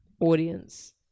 audience